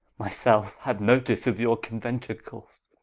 my selfe had notice of your conuenticles,